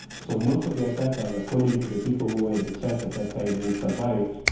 so most of the attackers, according to the people who were in the church at that time, who survived,